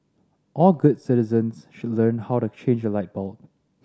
all good citizens should learn how to change a light bulb